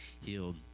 healed